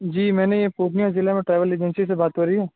جی میں نے یہ پورنیہ ضلع میں ٹریول ایجنسی سے بات ہو رہی ہے